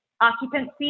occupancy